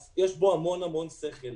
יש בו המון המון שכל.